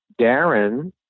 darren